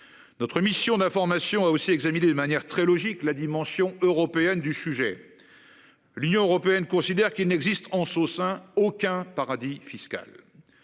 Notre mission d'information a aussi examiné de manière très logique la dimension européenne du sujet. L'Union européenne considère qu'il n'existe en sauce hein aucun paradis fiscal.